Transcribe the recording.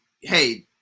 Hey